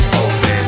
open